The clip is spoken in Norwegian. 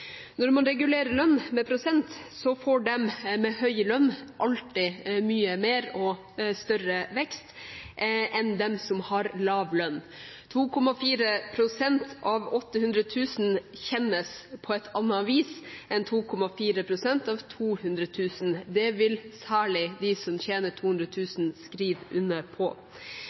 Når man regulerer lønn med prosent, får de med høy lønn alltid mye mer og større vekst enn de som har lav lønn. 2,4 pst. av 800 000 kr kjennes på et annet vis enn 2,4 pst. av 200 000 kr. Det vil særlig de som tjener 200 000 kr skrive under på.